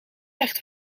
echt